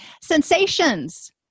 Sensations